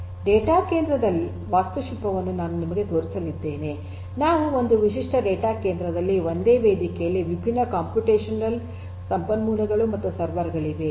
data ಕೇಂದ್ರದ ವಾಸ್ತುಶಿಲ್ಪವನ್ನು ನಾನು ನಿಮಗೆ ತೋರಿಸಲಿದ್ದೇನೆ ಒಂದು ವಿಶಿಷ್ಟ ಡೇಟಾ ಕೇಂದ್ರದಲ್ಲಿ ಒಂದೇ ವೇದಿಕೆಯಲ್ಲಿ ವಿಭಿನ್ನ ಕಂಪ್ಯೂಟೇಶನಲ್ ಸಂಪನ್ಮೂಲಗಳು ಮತ್ತು ಸರ್ವರ್ ಗಳಿವೆ